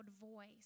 voice